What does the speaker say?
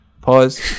Pause